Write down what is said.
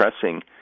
pressing